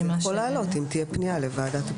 יכול לעלות אם תהיה פנייה לוועדת הפטור.